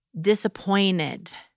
disappointed